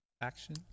action